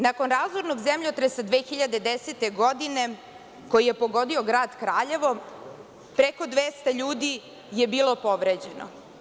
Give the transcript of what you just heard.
Nakon razornog zemljotresa 2010. godine, koji je pogodio grad Kraljevo, preko 200 ljudi je bilo povređeno.